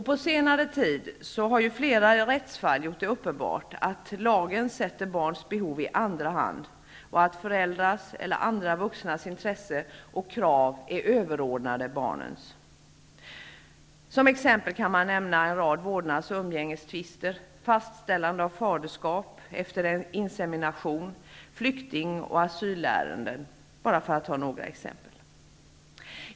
På senare tid har flera rättsfall gjort det uppenbart att lagen sätter barns behov i andra hand, och att föräldrars eller andra vuxnas intresse och krav är överordnade barnens. Som exempel kan man nämna en rad vårdnads och umgängestvister, faställande av faderskap efter insemination samt flykting och asylärenden.